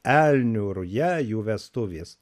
elnių ruja jų vestuvės